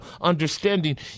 understanding